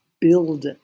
build